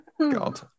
god